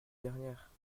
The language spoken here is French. dernière